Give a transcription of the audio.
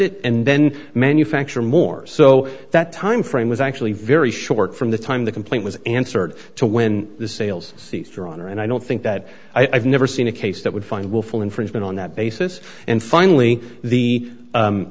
it and then manufacture more so that timeframe was actually very short from the time the complaint was answered to when the sales ceased your honor and i don't think that i've never seen a case that would find willful infringement on that basis and finally the